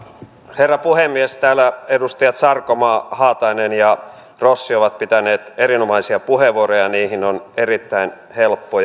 herra puhemies täällä edustajat sarkomaa haatainen ja rossi ovat pitäneet erinomaisia puheenvuoroja ja niihin on erittäin helppo